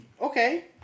Okay